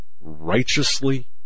righteously